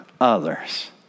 others